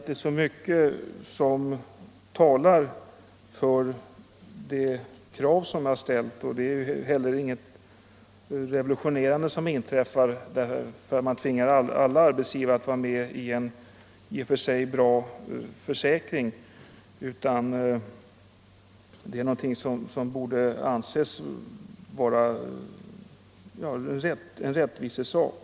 Det är mycket som talar för det krav jag ställt i motionen, och det inträffar inget revolutionerande om alla arbetsgivare tvingas att vara med i en i och för sig bra försäkring. Det borde vara en rättvisesak.